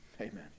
Amen